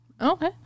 Okay